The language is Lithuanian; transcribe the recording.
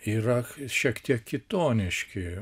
yra šiek tiek kitoniški